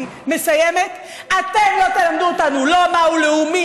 כי אתם לא סיפחתם שום דבר,